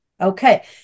Okay